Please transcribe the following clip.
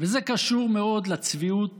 הקשור מאוד לצביעות